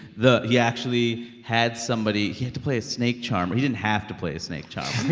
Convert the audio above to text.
the he actually had somebody he had to play a snake charmer. he didn't have to play a snake charmer